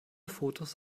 fotos